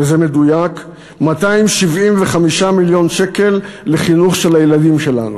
וזה מדויק, 275 מיליון שקל לחינוך של הילדים שלנו,